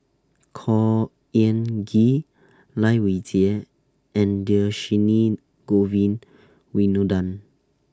Khor Ean Ghee Lai Weijie and Dhershini Govin Winodan